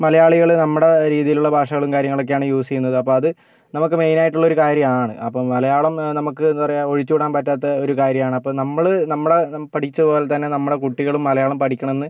മലയാളികൾ നമ്മുടെ രീതിയിലുള്ള ഭാഷകളും കാര്യങ്ങളൊക്കെ ആണ് യൂസ് ചെയ്യുന്നത് അപ്പം അത് നമുക്ക് മെയിനായിട്ടുള്ളൊരു കാര്യം ആണ് അപ്പം മലയാളം നമുക്ക് എന്താ പറയുക ഒഴിച്ചുകൂടാൻ പറ്റാത്ത ഒരു കാര്യമാണ് അപ്പം നമ്മൾ നമ്മളാ പഠിച്ചതു പോലെ തന്നെ നമ്മുടെ കുട്ടികളും മലയാളം പഠിക്കണം എന്ന്